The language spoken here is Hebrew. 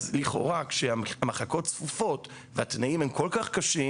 אז לכאורה כשהמחלקות צפופות והתנאים קשים,